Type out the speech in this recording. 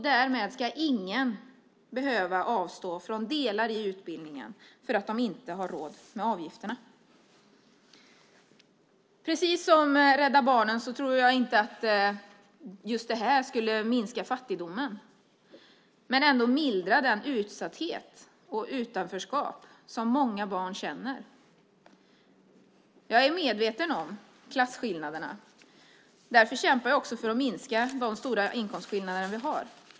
Därmed ska ingen behöva avstå från delar i utbildningen för att de inte har råd med avgifterna. Precis som Rädda Barnen tror jag inte att just det här skulle minska fattigdomen, men ändå mildra den utsatthet och det utanförskap som många barn känner. Jag är medveten om klasskillnaderna. Därför kämpar jag också för att minska de stora inkomstskillnader vi har.